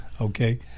okay